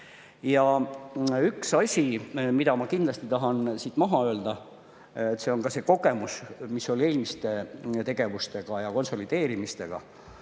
Üks asi, mida ma kindlasti tahan siit maha öelda, on ka see kogemus, mis saadi eelmiste tegevustega ja konsolideerimistega.